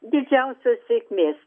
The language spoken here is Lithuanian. didžiausios sėkmės